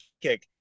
kick